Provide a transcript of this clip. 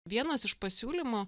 vienas iš pasiūlymų